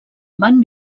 van